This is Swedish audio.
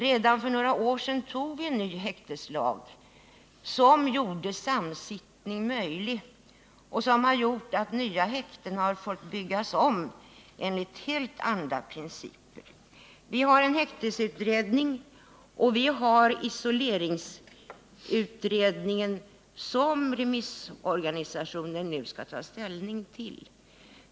Redan för några år sedan antog vi en ny häktningslag, som gjorde samsittning möjlig och som har medfört att nya häkten har måst byggas enligt helt andra principer än de tidigare. Vi har vidare häktesutredningen och vi har isoleringsutredningen, som remissorganen nu skall ta ställning till.